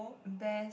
best